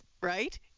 right